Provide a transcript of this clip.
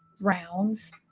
rounds